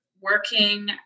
Working